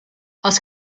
els